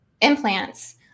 implants